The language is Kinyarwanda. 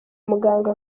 muganga